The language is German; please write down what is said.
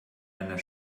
einer